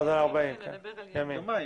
יומיים.